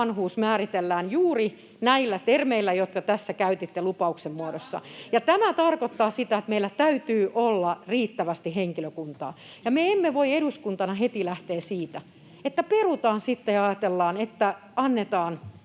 vanhuus määritellään juuri näillä termeillä, joita tässä käytitte lupauksen muodossa. Ja tämä tarkoittaa sitä, että meillä täytyy olla riittävästi henkilökuntaa, ja me emme voi eduskuntana heti lähteä siitä, että perutaan sitten ja ajatellaan, että annetaan